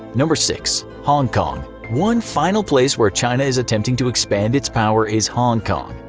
number six hong kong one final place where china is attempting to expand its power is hong kong.